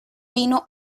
vino